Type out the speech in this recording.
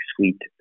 sweet